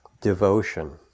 devotion